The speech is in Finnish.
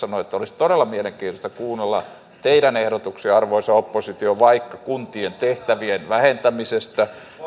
sanoi olisi todella mielenkiintoista kuunnella teidän ehdotuksianne arvoisa oppositio vaikka kuntien tehtävien vähentämisestä